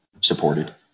supported